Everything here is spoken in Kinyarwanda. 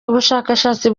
ubushakashatsi